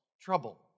trouble